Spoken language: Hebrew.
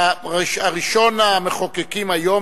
ראשון המחוקקים היום,